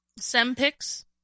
SemPix